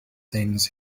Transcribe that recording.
things